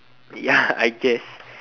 ya I guess